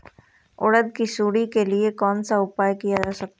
उड़द की सुंडी के लिए कौन सा उपाय किया जा सकता है?